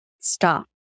stop